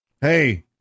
Hey